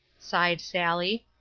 sighed sally.